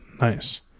Nice